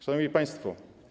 Szanowni Państwo!